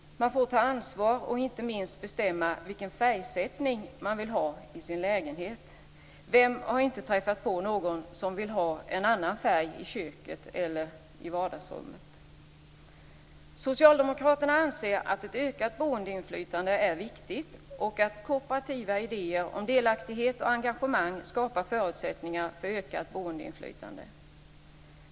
Man får ta ansvar och inte minst bestämma vilken färgsättning man vill ha i sin lägenhet. Vem har inte träffat på någon som vill ha en annan färg i köket eller i vardagsrummet? Socialdemokraterna anser att ett ökat boendeinflytande är viktigt och att kooperativa idéer om delaktighet och engagemang skapar förutsättningar för ökat boendeinflytande.